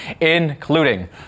including